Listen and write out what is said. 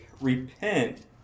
repent